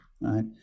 right